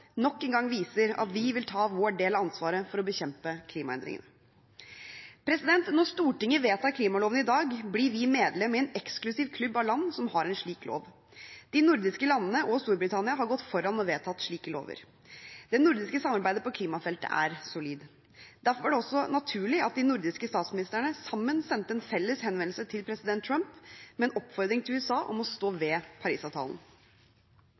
nok en gang viser at vi vil ta vår del av ansvaret for å bekjempe klimaendringene. Når Stortinget vedtar klimaloven i dag, blir vi medlem i en eksklusiv klubb av land som har en slik lov. De nordiske landene og Storbritannia har gått foran og vedtatt slike lover. Det nordiske samarbeidet på klimafeltet er solid. Derfor er det også naturlig at de nordiske statsministrene sammen sendte en felles henvendelse til president Trump med en oppfordring til USA om å stå